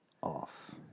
off